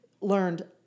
learned